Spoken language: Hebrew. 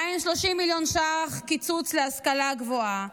230 מיליון שקלים קיצוץ להשכלה הגבוהה,